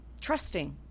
trusting